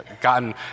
gotten